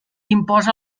imposa